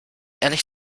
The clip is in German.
ehrlich